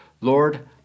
Lord